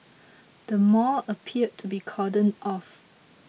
the mall appeared to be cordoned off